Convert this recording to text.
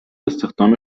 استخدام